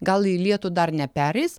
gal į lietų dar nepereis